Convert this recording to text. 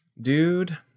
Dude